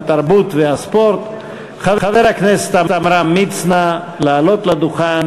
התרבות והספורט חבר הכנסת עמרם מצנע לעלות לדוכן